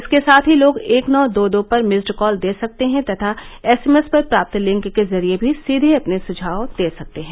इसके साथ ही लोग एक नौ दो दो पर मिस्ड कॉल दे सकते हैं तथा एसएमएस पर प्राप्त लिंक के जरिए भी सीधे अपने सुझाव दे सकते हैं